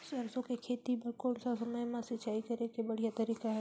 सरसो के खेती बार कोन सा समय मां सिंचाई करे के बढ़िया तारीक हे?